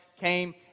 came